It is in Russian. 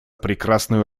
прекрасную